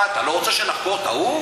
מה, אתה לא רוצה שנחקור את ההוא?